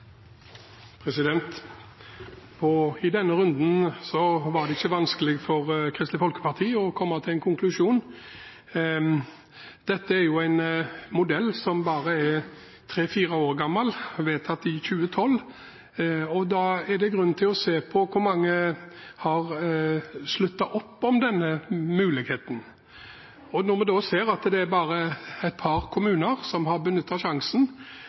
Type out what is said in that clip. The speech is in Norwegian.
I denne runden var det ikke vanskelig for Kristelig Folkeparti å komme til en konklusjon. Dette er jo en modell som bare er tre–fire år gammel – vedtatt i 2012 – og da er det grunn til å se på hvor mange som har sluttet opp om denne muligheten. Når vi da ser at det bare er et par kommuner som har benyttet sjansen,